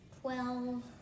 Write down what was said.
Twelve